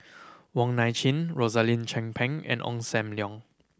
Wong Nai Chin Rosaline Chan Pang and Ong Sam Leong